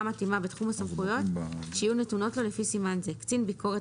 מתאימה בתחום הסמכויות שיהיו נתונות לו לפי סימן זה: קצין ביקורת